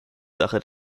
sache